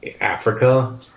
Africa